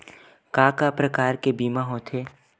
का का प्रकार के बीमा होथे?